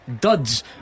duds